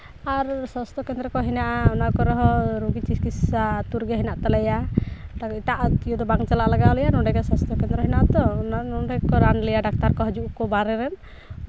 ᱟᱨ ᱥᱟᱥᱛᱷᱚ ᱠᱮᱱᱫᱨᱚ ᱠᱚ ᱦᱮᱱᱟᱜᱼᱟ ᱚᱱᱟ ᱠᱚᱨᱮᱦᱚᱸ ᱨᱩᱜᱤ ᱪᱤᱠᱤᱛᱥᱟ ᱟᱹᱛᱩ ᱨᱮᱜᱮ ᱦᱮᱱᱟᱜ ᱛᱟᱞᱮᱭᱟ ᱮᱴᱟᱜ ᱤᱭᱟᱹ ᱫᱚ ᱵᱟᱝ ᱪᱟᱞᱟᱣ ᱞᱟᱜᱟᱣ ᱞᱮᱭᱟ ᱱᱚᱸᱰᱮ ᱜᱮ ᱥᱟᱥᱛᱷᱚ ᱠᱮᱱᱫᱨᱚ ᱦᱮᱱᱟᱜᱼᱟ ᱛᱚ ᱱᱚᱸᱰᱮ ᱜᱮᱠᱚ ᱨᱟᱱ ᱞᱮᱭᱟ ᱰᱟᱠᱛᱟᱨ ᱠᱚ ᱦᱤᱡᱩᱜ ᱟᱠᱚ ᱵᱟᱦᱨᱮ ᱨᱮᱱ